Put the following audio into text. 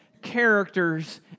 characters